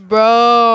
Bro